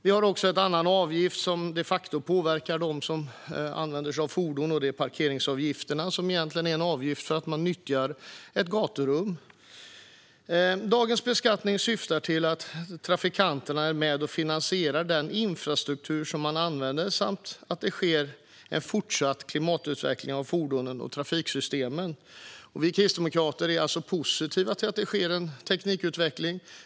Vi har också en annan avgift som de facto påverkar dem som använder sig av fordon, och det är parkeringsavgifterna. Det är egentligen en avgift för att man nyttjar ett gaturum. Dagens beskattning syftar till att trafikanterna är med och finansierar den infrastruktur som de använder samt att det sker en fortsatt klimatutveckling av fordon och trafiksystem. Vi kristdemokrater är alltså positiva till att det sker en teknikutveckling.